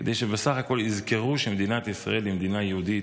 כדי שבסך הכול יזכרו שמדינת ישראל היא מדינה יהודית,